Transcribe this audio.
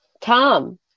Tom